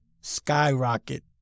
skyrocket